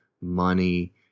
money